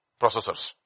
Processors